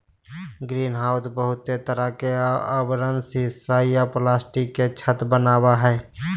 greenhouse बहुते तरह के आवरण सीसा या प्लास्टिक के छत वनावई हई